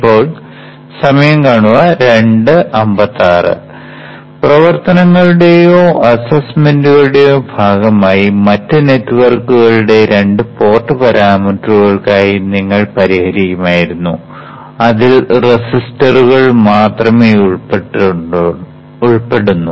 ഇപ്പോൾ പ്രവർത്തനങ്ങളുടെയോ അസൈൻമെന്റുകളുടെയോ ഭാഗമായി മറ്റ് നെറ്റ്വർക്കുകളുടെ രണ്ട് പോർട്ട് പാരാമീറ്ററുകൾക്കായി നിങ്ങൾ പരിഹരിക്കുമായിരുന്നു അതിൽ റെസിസ്റ്ററുകൾ മാത്രം ഉൾപ്പെടുന്നു